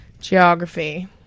geography